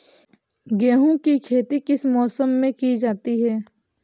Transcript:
गेहूँ की खेती किस मौसम में की जाती है?